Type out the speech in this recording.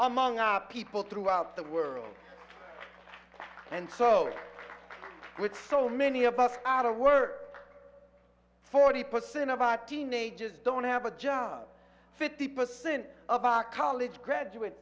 among our people throughout the world and so with so many of us out of work forty percent of our teenagers don't have a job fifty percent of our college graduates